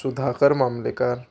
Sudhakar Mamlekar